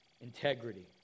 Integrity